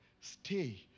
stay